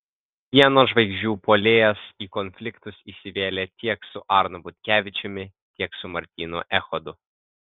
pieno žvaigždžių puolėjas į konfliktus įsivėlė tiek su arnu butkevičiumi tiek su martynu echodu